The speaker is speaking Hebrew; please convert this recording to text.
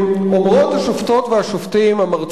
לא הייתי.